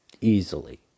Easily